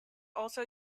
also